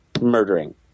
murdering